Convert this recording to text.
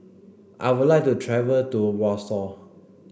I would like to travel to Warsaw